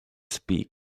speak